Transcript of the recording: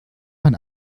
man